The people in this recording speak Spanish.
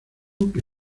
que